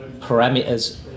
parameters